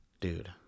Dude